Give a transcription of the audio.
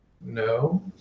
No